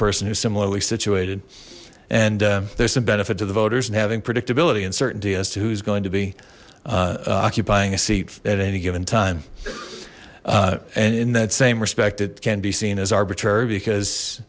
person who similarly situated and there's some benefit to the voters and having predictability and certainty as to who's going to be occupying a seat at any given time and in that same respect it can be seen as arbitrary because